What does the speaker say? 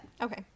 okay